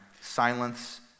silence